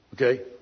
Okay